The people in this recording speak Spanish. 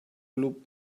club